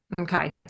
Okay